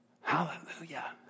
Hallelujah